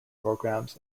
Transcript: programs